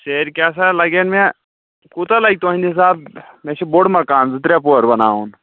سیرِ کیٛاہ سا لگَن مےٚ کوٗتاہ لگہِ تُہٕندِ حِسابہٕ مےٚ چھِ بوٚڑ مَکان زٕ ترٛےٚ پور بَناوُن